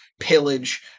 pillage